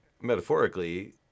Metaphorically